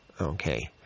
Okay